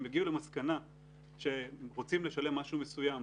אם יגיעו למסקנה שרוצים לשלם משהו מסוים,